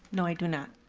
no i do not.